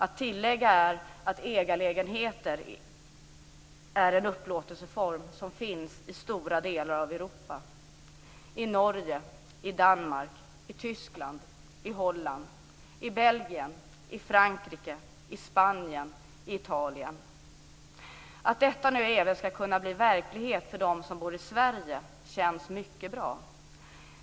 Att tillägga är att ägarlägenheter är en upplåtelseform som finns i stora delar av Europa - i Norge, i Danmark, i Tyskland, i Holland, i Belgien, i Frankrike, i Spanien och i Italien. Att detta nu även skall kunna bli verklighet för dem som bor i Sverige känns mycket bra.